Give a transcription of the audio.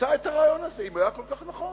שאימצה את הרעיון הזה, אם הוא היה כל כך נכון.